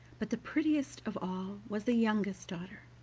but the prettiest of all was the youngest daughter,